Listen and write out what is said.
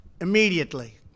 immediately